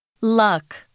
luck